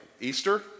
Easter